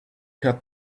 had